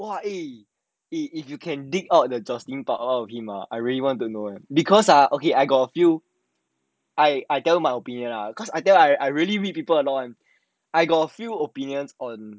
!wah! eh eh if you can dig out joycelyn part all of it ah I really want to know eh because ah I got a few okay I tell you my opinion ah I tell you ah I really read people a lot one I got a few opinions on